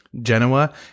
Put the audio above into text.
Genoa